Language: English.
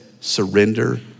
surrender